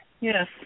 yes